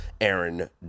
Aaron